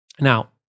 Now